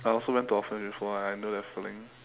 I also went to orphanage before and I know that feeling